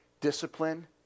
discipline